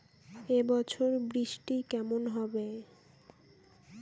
এবছর বৃষ্টি কেমন হবে?